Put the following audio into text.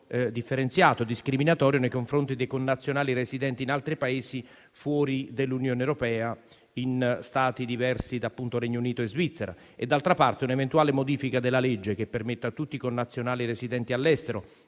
differenziato e discriminatorio nei confronti dei connazionali residenti dell'Unione europea in Stati diversi da Regno Unito e Svizzera. D'altra parte, un'eventuale modifica della legge che permette a tutti i connazionali residenti all'estero